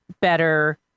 better